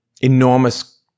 enormous